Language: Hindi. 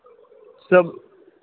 सब